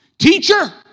Teacher